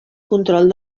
control